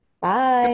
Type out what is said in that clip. Bye